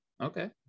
Okay